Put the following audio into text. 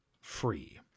free